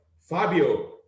Fabio